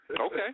Okay